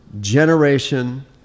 generation